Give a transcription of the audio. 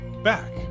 back